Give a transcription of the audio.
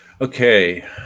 Okay